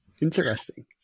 Interesting